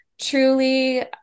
truly